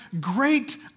great